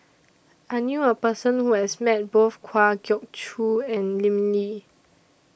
I knew A Person Who has Met Both Kwa Geok Choo and Lim Lee